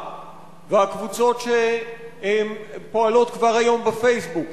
והקבוצות שפועלות כבר היום ב"פייסבוק",